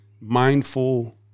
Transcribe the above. mindful